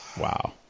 Wow